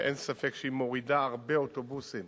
ואין ספק שהיא מורידה הרבה אוטובוסים